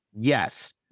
Yes